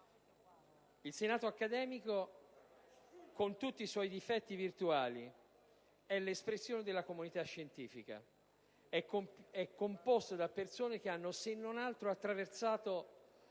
Il senato accademico, con tutti i suoi difetti virtuali, è l'espressione della comunità scientifica ed è composto da persone che hanno, se non altro, attraversato